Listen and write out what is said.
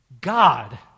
God